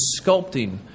sculpting